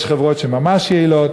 יש חברות ממש יעילות,